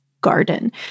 garden